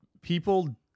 people